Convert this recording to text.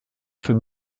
für